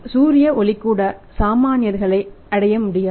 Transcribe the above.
சூரிய ஒளி கூட சாமானியர்களை அடையமுடியாது